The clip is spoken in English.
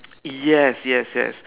yes yes yes